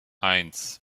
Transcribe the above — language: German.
eins